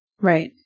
Right